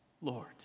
Lord